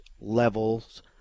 levels